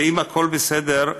ואם הכול בסדר,